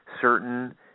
certain